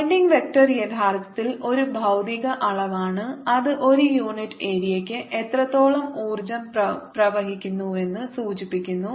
Poynting vector യഥാർത്ഥത്തിൽ ഒരു ഭൌതിക അളവാണ് അത് ഒരു യൂണിറ്റ് ഏരിയയ്ക്ക് എത്രത്തോളം ഊർജ്ജം പ്രവഹിക്കുന്നുവെന്ന് സൂചിപ്പിക്കുന്നു